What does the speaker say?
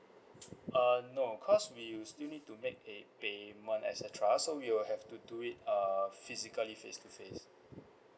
uh no because we will still need to make a payment et cetera so we will have to do it err physically face to face